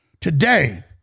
Today